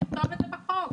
תכתוב את זה בחוק.